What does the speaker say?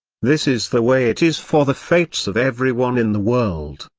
this is the way it is for the fates of everyone in the world.